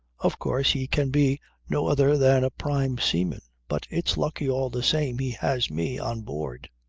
of course he can be no other than a prime seaman but it's lucky, all the same, he has me on board.